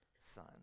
Son